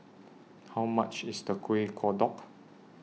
How much IS The Kuih Kodok